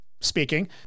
speaking